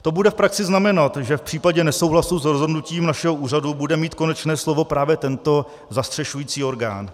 To bude v praxi znamenat, že v případě nesouhlasu s rozhodnutím našeho úřadu bude mít konečné slovo právě tento zastřešující orgán.